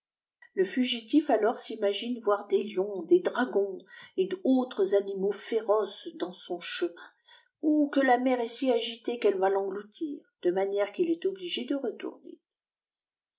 le fogil if alors s'imagine voir des îons âes dragons et autres animaux férocçs dans son chemin où qt e ifi mer est si agitée qu'elle va t engloutir de manière qu'il est obligé de retourneh